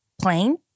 plain